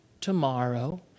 tomorrow